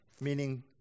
meaning